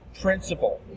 principle